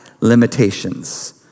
limitations